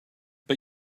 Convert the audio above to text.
but